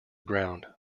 ground